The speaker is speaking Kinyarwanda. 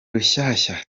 rushyashya